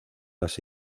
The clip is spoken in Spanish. las